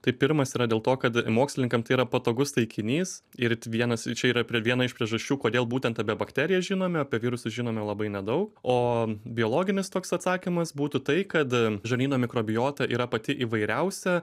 tai pirmas yra dėl to kad mokslininkam tai yra patogus taikinys ir vienas čia yra viena iš priežasčių kodėl būtent apie bakteriją žinome apie virusą žinome labai nedaug o biologinis toks atsakymas būtų tai kad žarnyno mikrobiota yra pati įvairiausia